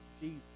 Jesus